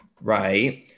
Right